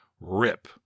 Rip